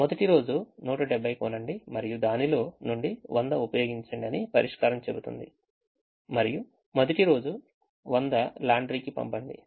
మొదటి రోజు 170 కొనండి మరియు దానిలో నుండి 100 ఉపయోగించండి అని పరిష్కారం చెబుతుంది మరియు మొదటి రోజు 100 లాండ్రీకి పంపండి